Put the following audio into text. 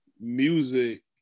music